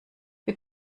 wir